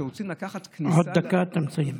שרוצים לקחת כניסה, עוד דקה אתה מסיים.